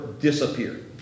disappeared